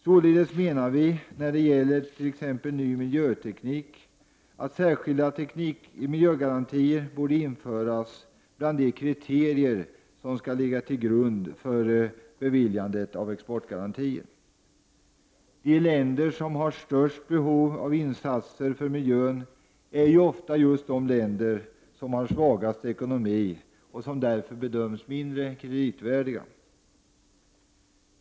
Således menar vi att när det t.ex. gäller ny miljöteknik borde särskilda miljögarantier införas bland de kriterier som skall ligga till grund för beviljande av exportgarantier. De länder som har det största behovet av insatser för miljön är ju ofta de länder som har den svagaste ekonomin och som därför bedöms som mindre kreditvärdiga.